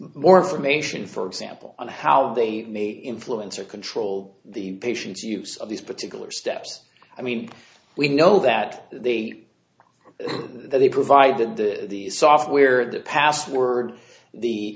more information for example and how they may influence or control the patient's use of these particular steps i mean we know that they they provided the software the password the